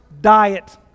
diet